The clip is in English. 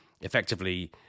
Effectively